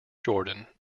jordan